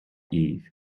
eve